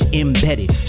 embedded